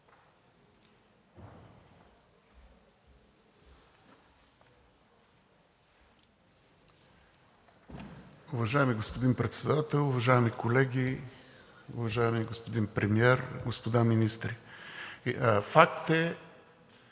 Уважаеми господин Председател, уважаеми колеги, уважаеми господин Премиер, господа министри! Факт е